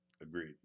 Agreed